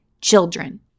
children